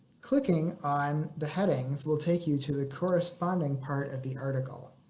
clicking on the headings will take you to the corresponding part of the article.